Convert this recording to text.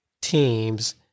teams